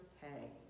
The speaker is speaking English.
pay